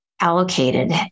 allocated